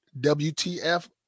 WTF